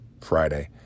Friday